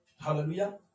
Hallelujah